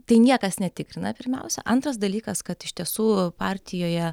tai niekas netikrina pirmiausia antras dalykas kad iš tiesų partijoje